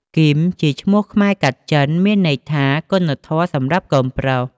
គីមជាឈ្មោះខ្មែរកាត់ចិន មានន័យថាគុណធម៌សម្រាប់កូនប្រុស។